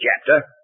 chapter